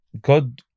God